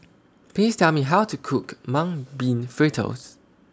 Please Tell Me How to Cook Mung Bean Fritters